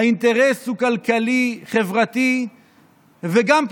האינטרס הוא כלכלי, חברתי וגם פוליטי.